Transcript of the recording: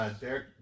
Derek